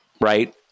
Right